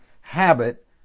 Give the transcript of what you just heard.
habit